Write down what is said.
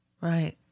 Right